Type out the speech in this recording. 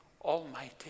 Almighty